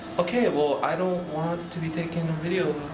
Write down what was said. okay, well, i don't want to be taken a video